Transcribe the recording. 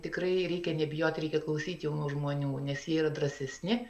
tikrai reikia nebijot reikia klausyt jaunų žmonių nes jie yra drąsesni